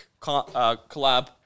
Collab